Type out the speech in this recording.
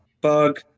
Bug